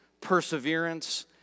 perseverance